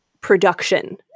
production